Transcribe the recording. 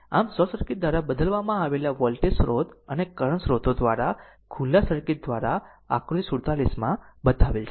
આમ short circuit દ્વારા બદલવામાં આવેલા વોલ્ટેજ સ્રોત અને કરંટ સ્રોતો દ્વારા ખુલ્લા સર્કિટ દ્વારા આકૃતિ 47 માં બતાવેલ છે